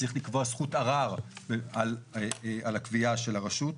צריך לקבוע זכות ערר על הקביעה של הרשות.